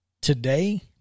today